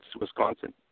Wisconsin